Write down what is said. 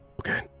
Okay